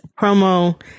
promo